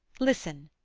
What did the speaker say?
listen!